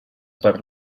per